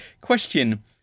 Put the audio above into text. question